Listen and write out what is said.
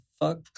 fuck